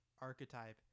archetype